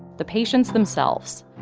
the patients themselves.